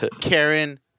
Karen